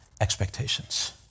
expectations